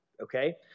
Okay